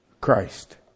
Christ